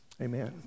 amen